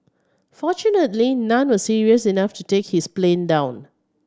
fortunately none were serious enough to take his plane down